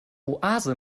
oase